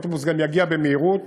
ואוטובוס גם יגיע במהירות